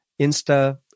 Insta